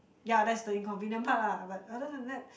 ya that's the inconvenient part lah but other than that